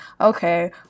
okay